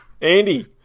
Andy